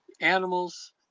animals